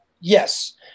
yes